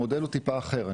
המודל הוא טיפה אחר,